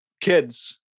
kids